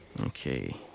Okay